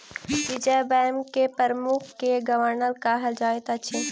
reserve bank के प्रमुख के गवर्नर कहल जाइत अछि